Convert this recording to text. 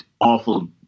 awful